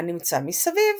הנמצא מסביב.